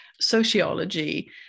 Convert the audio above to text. sociology